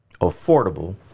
affordable